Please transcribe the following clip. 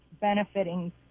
benefiting